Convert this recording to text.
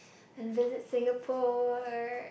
and then Singapore